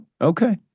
okay